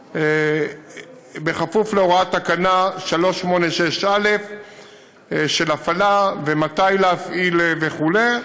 בכפוף להוראת תקנה 386א של הפעלה ומתי להפעיל וכו'.